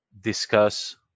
discuss